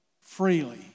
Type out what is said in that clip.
Freely